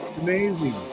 Amazing